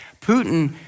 Putin